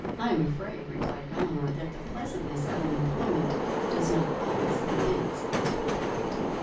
i am afraid, replied elinor, that the pleasantness of an employment does not always evince its propriety.